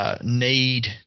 need